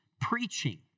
preaching